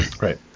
right